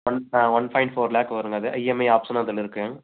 one ah one point four lakh வருங்க அது EMI ஆப்ஷன்னும் அதில் இருக்கு